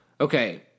Okay